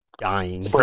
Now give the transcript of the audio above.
dying